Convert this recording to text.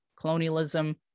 colonialism